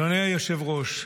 אדוני היושב-ראש,